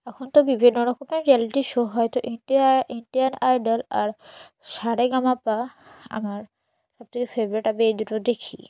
এখন তো বিভিন্ন রকমের রিয়ালিটি শো হয় তো ইন্ডিয়া ইন্ডিয়ান আইডল আর সারেগামাপা আমার সবথেকে ফেভারিট আমি এই দুটো দেখি